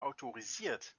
autorisiert